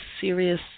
Serious